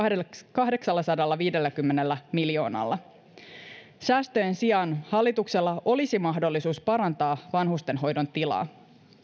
kahdeksallasadallaviidelläkymmenellä miljoonalla eurolla säästöjen sijaan hallituksella olisi mahdollisuus parantaa vanhustenhoidon tilaa